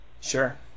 Sure